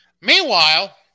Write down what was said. Meanwhile